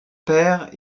père